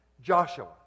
Joshua